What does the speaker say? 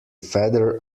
feather